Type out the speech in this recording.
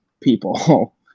people